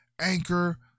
Anchor